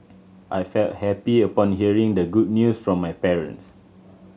I felt happy upon hearing the good news from my parents